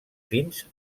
fins